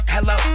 Hello